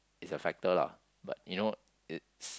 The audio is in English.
is a factor lah but you know it's